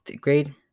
grade